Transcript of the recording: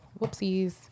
Whoopsies